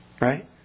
Right